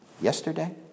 Yesterday